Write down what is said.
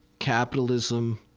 capitalism,